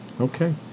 Okay